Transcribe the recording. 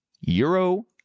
Euro